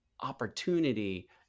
opportunity